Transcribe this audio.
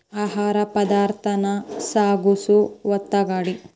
ಆಹಾರ ಪದಾರ್ಥಾನ ಸಾಗಸು ಒತ್ತುಗಾಡಿ